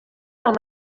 del